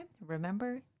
remember